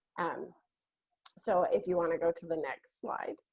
um so, if you want to go to the next slide.